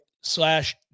slash